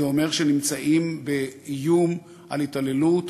זה אומר שהם נמצאים באיום להתעללות,